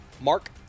Mark